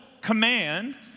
command